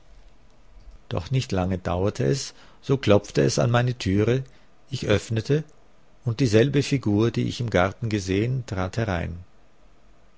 doch nicht lange dauerte es so klopfte es an meine türe ich öffnete und dieselbe figur die ich im garten gesehen trat herein